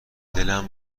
دلم